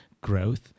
growth